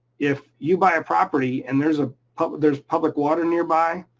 if you buy a property and there's a public there's public water nearby,